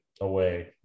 away